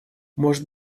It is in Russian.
может